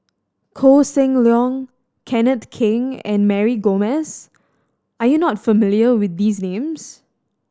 Koh Seng Leong Kenneth Keng and Mary Gomes are you not familiar with these names